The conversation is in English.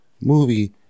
Movie